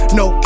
no